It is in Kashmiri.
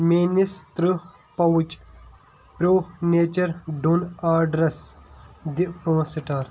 میٛٲنِس تٕرٟہ پاوچ پرٛو نیچر ڈوٗن آرڈرَس دِ پانٛژھ سٹار